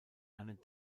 einen